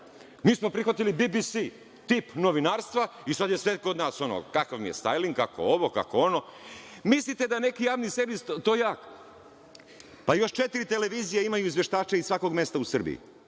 smo prihvatili BBS tip novinarstva i sada je sve kod nas ono – kakav mi je stajling, kako ovo, kako ono. Mislite da neki javni servis, pa još četiri televizije imaju izveštače iz svakog mesta u Srbiji.